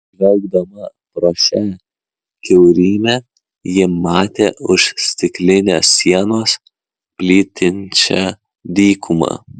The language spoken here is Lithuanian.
žvelgdama pro šią kiaurymę ji matė už stiklinės sienos plytinčią dykumą